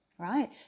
right